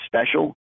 special